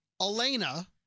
Elena